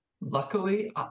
luckily